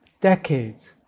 decades